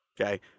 Okay